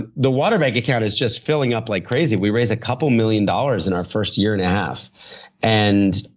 ah the water bank account is just filling up like crazy. we raise a couple million dollars in our first year and a half. and